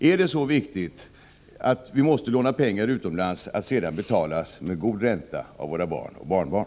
Är de så viktiga att vi måste ta upp lån, att sedan betalas tillbaka med god ränta av våra barn och barnbarn?